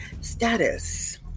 status